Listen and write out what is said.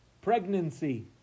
pregnancy